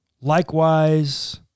likewise